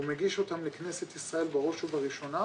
ומגיש אותם לכנסת ישראל בראש ובראשונה,